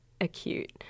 acute